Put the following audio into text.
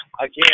again